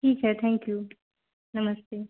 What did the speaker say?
ठीक है thank you नमस्ते